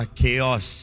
Chaos